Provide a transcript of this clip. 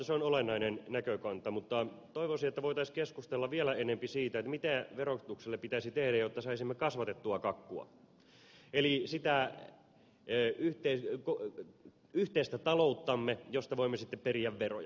se on olennainen näkökanta mutta toivoisin että voitaisiin keskustella vielä enempi siitä mitä verotukselle pitäisi tehdä jotta saisimme kasvatettua kakkua eli sitä yhteistä talouttamme josta voimme sitten periä veroja